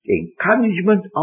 encouragement